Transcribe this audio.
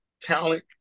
Talent